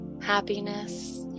happiness